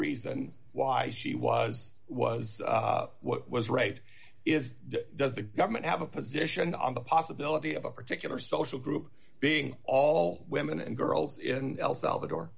reason why she was was what was right is does the government have a position on the possibility of a particular social group being all women and girls in el salvador